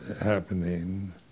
happening